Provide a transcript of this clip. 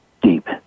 deep